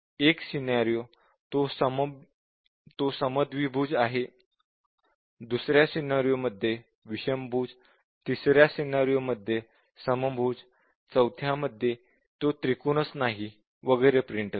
एका सिनॅरिओ तो त्रिकोण समद्विभुज आहे असे दुसऱ्या सिनॅरिओ मध्ये विषमभुज तिसऱ्या सिनॅरिओ मध्ये समभुज चौथा मध्ये तो त्रिकोणच नाही वगैरे प्रिंट करते